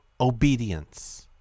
obedience